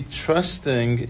trusting